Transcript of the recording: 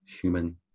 human